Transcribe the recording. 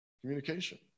communication